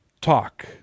talk